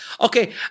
Okay